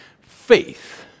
faith